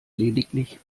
lediglich